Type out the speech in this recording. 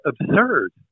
absurd